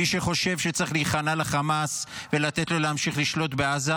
מי שחושב שצריך להיכנע לחמאס ולתת לו להמשיך לשלוט בעזה,